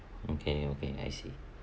okay okay I see